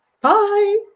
Bye